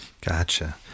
Gotcha